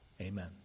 Amen